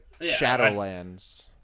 Shadowlands